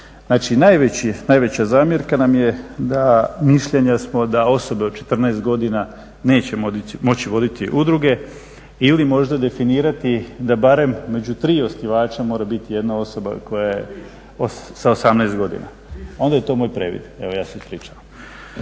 Znači, najveća zamjerka nam je da, mišljenja smo da osobe od 14 godina neće moći voditi udruge ili možda definirati da barem među 3 osnivača, mora biti jedna osoba koja je sa 18 godina. … /Upadica se ne